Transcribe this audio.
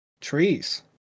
trees